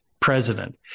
president